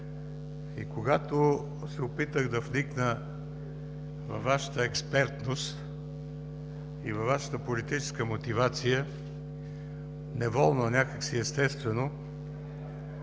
И когато се опитах да вникна във Вашата експертност и във Вашата политическа мотивация, неволно, някак си естествено